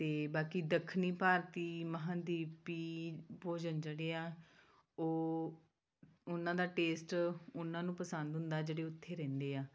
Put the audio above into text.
ਅਤੇ ਬਾਕੀ ਦੱਖਣੀ ਭਾਰਤੀ ਮਹਾਂਦੀਪੀ ਭੋਜਨ ਜਿਹੜੇ ਆ ਉਹ ਉਹਨਾਂ ਦਾ ਟੇਸਟ ਉਹਨਾਂ ਨੂੰ ਪਸੰਦ ਹੁੰਦਾ ਜਿਹੜੇ ਉੱਥੇ ਰਹਿੰਦੇ ਆ